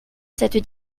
cette